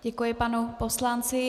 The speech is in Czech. Děkuji panu poslanci.